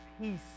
peace